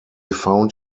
found